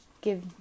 give